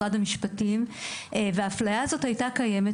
המשרד לשוויון חברתי, דילגתי עליכם.